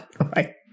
right